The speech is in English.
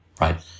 right